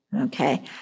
Okay